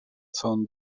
całą